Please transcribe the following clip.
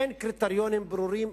אין קריטריונים ברורים,